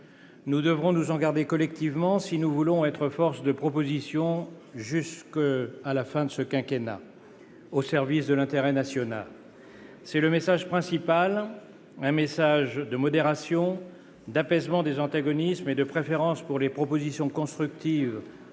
Nous devrons nous en garder collectivement si nous voulons être force de proposition tout au long de ce quinquennat, au service de l'intérêt national. C'est le message principal, un message de modération, d'apaisement des antagonismes et de préférence pour les propositions constructives